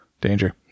Danger